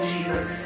Jesus